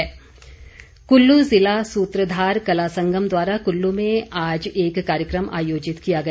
गोविंद ठाकुर कुल्लू ज़िला सूत्रधार कला संगम द्वारा कुल्लू में आज एक कार्यक्रम आयोजित किया गया